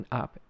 up